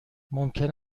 ممکن